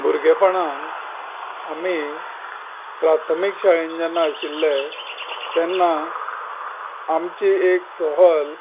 भुरगेपणांत आमी प्राथमीक शाळेंत जेन्ना आशिल्ले तेन्ना आमची एक सहल